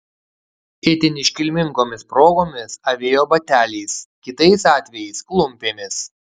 itin iškilmingomis progomis avėjo bateliais kitais atvejais klumpėmis